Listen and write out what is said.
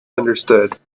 understood